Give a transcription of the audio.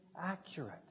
accurate